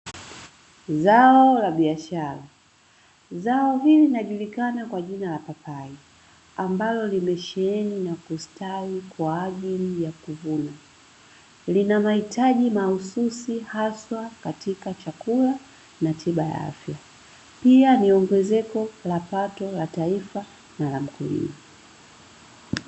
Zao la biashara zao hili linajulikana kwa jina la papai, ambalo limesheheni na kustawi kwa ajili ya kuvunwa. Lina mahitaji mahususi, haswa katika chakula na tiba ya afya. Pia, ni ongezeko la pato la taifa na la mkulima.